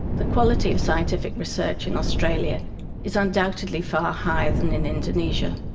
the quality of scientific research in australia is undoubtedly far higher than in indonesia.